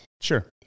Sure